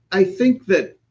i think that,